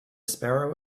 sparrow